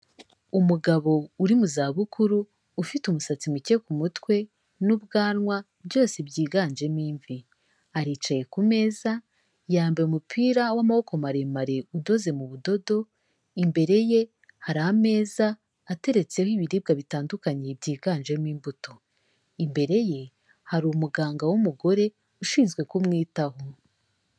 Umugabo uri mu za bukuru, ufite umusatsi muke ku mutwe n'ubwanwa, byose byiganjemo imvi, aricaye ku meza, yambaye umupira w'amaboko maremare udoze mu budodo, imbere ye hari ameza ateretseho ibiribwa bitandukanye byiganjemo imbuto, imbere ye hari umuganga w'umugore ushinzwe kumwitaho.